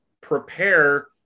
prepare